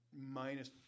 minus